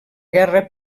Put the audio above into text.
guerra